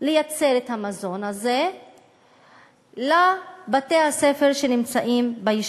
תזמין את חברי הכנסת להצטרף אלינו לסיור שם.